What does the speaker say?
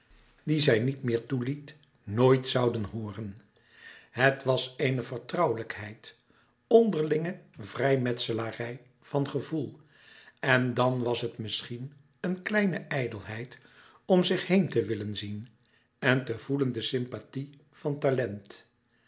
die zij niet meer toeliet nooit zouden hooren het was eene vertrouwelijkheid onderlinge vrijmetselarij van gevoel en dan was het misschien een kleine ijdelheid om zich heen te willen zien en te voelen de sympathie van talent